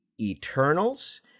Eternals